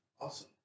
Awesome